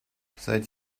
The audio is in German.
seit